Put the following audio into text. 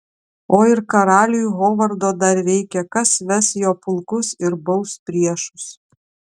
o ir karaliui hovardo dar reikia kas ves jo pulkus ir baus priešus